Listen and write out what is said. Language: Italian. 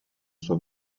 sua